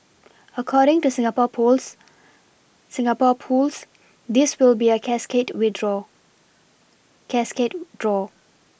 according to Singapore pools Singapore pools this will be a cascade with draw cascade draw